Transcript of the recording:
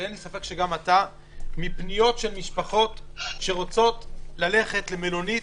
אין לי ספק שגם הטלפון שלך קורס מפניות של משפחות שרוצות ללכת למלונית.